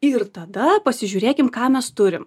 ir tada pasižiūrėkim ką mes turim